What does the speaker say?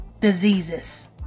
Diseases